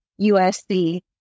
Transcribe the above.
USC